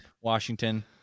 Washington